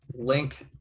link